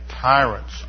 tyrants